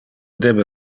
debe